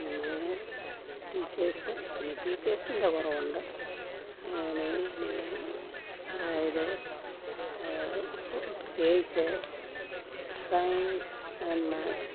പിന്നെ ടീച്ചേർസ് പിന്നെ ടീച്ചസേഴ്സിൻ്റെ കുറവുണ്ട് ന്നേ അതായത് പ്രത്യേകിച്ച് സയൻസ് ആൻഡ് മാത്സ്